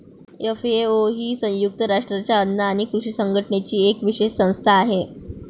FAO ही संयुक्त राष्ट्रांच्या अन्न आणि कृषी संघटनेची एक विशेष संस्था आहे